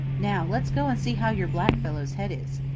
now let's go and see how your black fellow's head is.